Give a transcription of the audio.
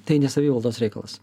tai ne savivaldos reikalas